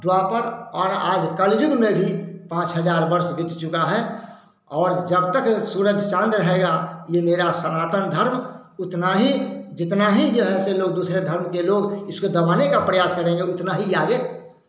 द्वापर और आज कलयुग में भी पाँच हज़ार वर्ष बीत चुका है और जब तक सूरज चाँद रहेगा यह मेरा सनातन धर्म उतना ही जितना ही जो है से लोग दूसरे धर्म के लोग इसको दबाने का प्रयास करेगा उतना ही ज़्यादा